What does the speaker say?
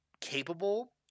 capable